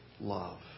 love